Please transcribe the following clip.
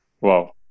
Wow